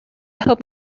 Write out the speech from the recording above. hope